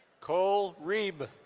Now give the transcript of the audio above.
cole reebe.